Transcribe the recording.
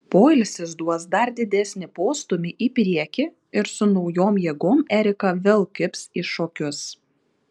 poilsis duos dar didesnį postūmį į priekį ir su naujom jėgom erika vėl kibs į šokius